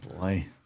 boy